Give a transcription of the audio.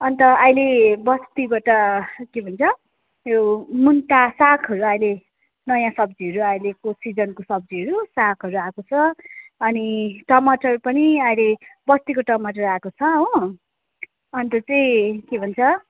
अन्त अहिले बस्तीबाट के भन्छ त्यो मुन्टा सागहरू अहिले नयाँ सब्जीहरू अहिलेको सिजनको सब्जीहरू सागहरू आएको छ अनि टमाटर पनि अहिले बस्तीको टमाटरहरू आएको छ हो अन्त चाहिँ के भन्छ